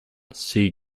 see